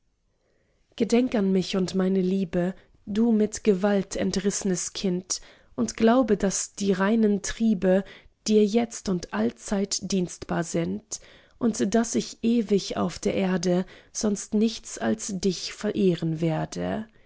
gedenk an mich und meine liebe du mit gewalt entriss'nes kind und glaube daß die reinen triebe dir jetzt und allzeit dienstbar sind und daß ich ewig auf der erde sonst nichts als dich verehren werde